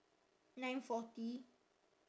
nine forty